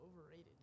overrated